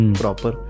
proper